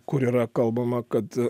kur yra kalbama kad